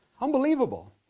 Unbelievable